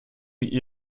ihr